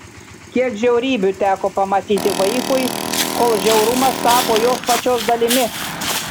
kiek žiaurybių teko pamatyti vaikui kol žiaurumas tapo jos pačios dalimi